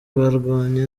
barwanye